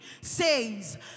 says